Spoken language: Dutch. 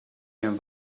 een